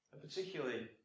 particularly